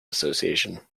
association